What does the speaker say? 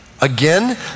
Again